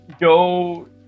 Go